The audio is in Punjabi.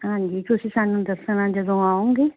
ਹਾਂਜੀ ਤੁਸੀਂ ਸਾਨੂੰ ਦੱਸਣਾ ਜਦੋਂ ਆਉਂਗੇ